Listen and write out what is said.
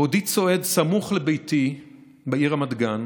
בעודי צועד סמוך לביתי בעיר רמת גן